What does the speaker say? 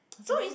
and then